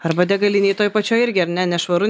arba degalinėj toj pačioj irgi ar ne nešvaru